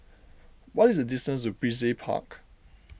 what is the distance to Brizay Park